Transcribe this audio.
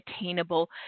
attainable